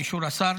באישור השר,